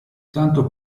tanto